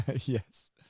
yes